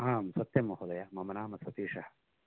आं सत्यं महोदय मम नाम सतीशः